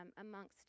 amongst